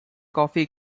coffee